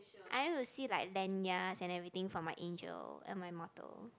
I want to see like lanyards and everything for my angel and my mortal